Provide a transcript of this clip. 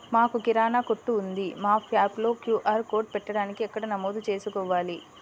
మాకు కిరాణా కొట్టు ఉంది మా షాప్లో క్యూ.ఆర్ కోడ్ పెట్టడానికి ఎక్కడ నమోదు చేసుకోవాలీ?